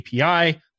API